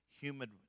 humid